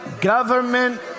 government